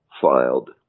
filed